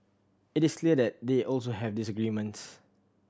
it is clear that they also have disagreements